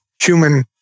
human